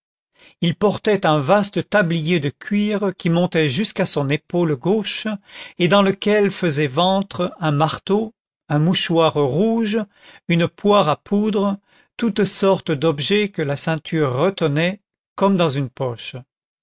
il portait un vaste tablier de cuir qui montait jusqu'à son épaule gauche et dans lequel faisaient ventre un marteau un mouchoir rouge une poire à poudre toutes sortes d'objets que la ceinture retenait comme dans une poche